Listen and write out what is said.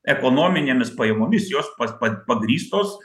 ekonominėmis pajamomis jos pas pa pagrįstos